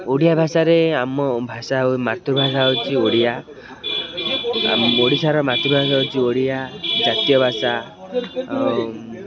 ଓଡ଼ିଆ ଭାଷାରେ ଆମ ଭାଷା ମାତୃଭାଷା ହେଉଛି ଓଡ଼ିଆ ଓଡ଼ିଶାର ମାତୃଭାଷା ହେଉଛି ଓଡ଼ିଆ ଜାତୀୟ ଭାଷା ଆଉ